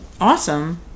Awesome